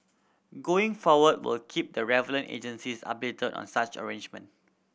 going forward we will keep the relevant agencies updated on such arrangement